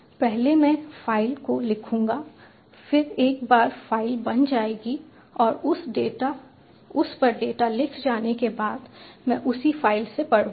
पहले मैं फाइल को लिखूंगा फिर एक बार फाइल बन जाएगी और उस पर डेटा लिख जाने के बाद मैं उसी फाइल से पढ़ूंगा